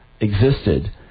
existed